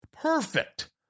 perfect